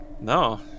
No